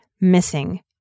missing